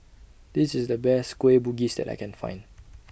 This IS The Best Kueh Bugis that I Can Find